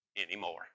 anymore